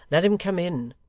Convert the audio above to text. let him come in